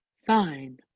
Fine